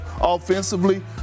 offensively